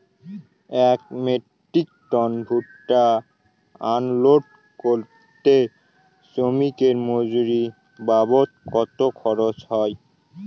এক metric ton ভুট্টা unload করতে শ্রমিকের মজুরি বাবদ কত খরচ হয়?